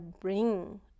bring